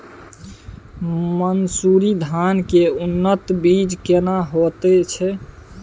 मन्सूरी धान के उन्नत बीज केना होयत छै?